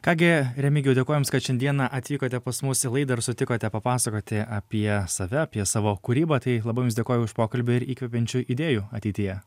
ką gi remigijau dėkoju jums kad šiandieną atvykote pas mus į laidą ir sutikote papasakoti apie save apie savo kūrybą tai labai jums dėkoju už pokalbį ir įkvepiančių idėjų ateityje